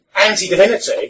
anti-divinity